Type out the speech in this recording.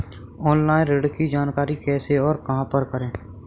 Online ऋण की जानकारी कैसे और कहां पर करें?